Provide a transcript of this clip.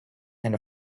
and